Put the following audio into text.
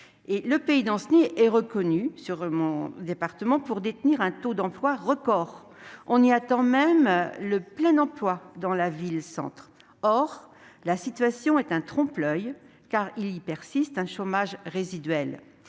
Le pays d'Ancenis, en Loire-Atlantique, est reconnu pour détenir un taux d'emploi record. On y atteint même le plein emploi dans la ville-centre. Or la situation est un trompe-l'oeil : il y persiste un chômage résiduel.